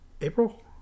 April